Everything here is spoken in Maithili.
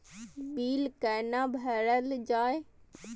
बील कैना भरल जाय?